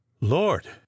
Lord